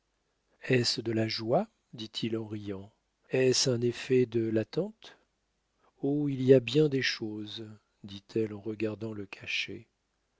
est-ce de la joie dit-il en riant est-ce un effet de l'attente oh il y a bien des choses dit-elle en regardant le cachet